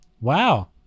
wow